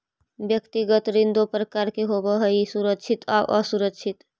व्यक्तिगत ऋण दो प्रकार के होवऽ हइ सुरक्षित आउ असुरक्षित